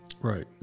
Right